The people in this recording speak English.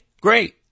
great